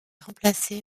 remplacé